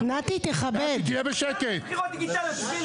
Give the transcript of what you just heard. מעגל הנפגעים הראשון,